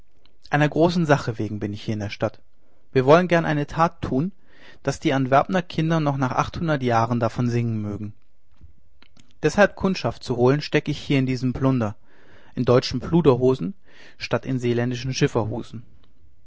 einer großen sache wegen bin ich hier in der stadt wir wollen gern eine tat tun daß die antwerpner kinder noch nach hundert jahren davon singen mögen deshalb kundschaft zu holen steck ich hier in diesem plunder in deutschen pluderhosen statt in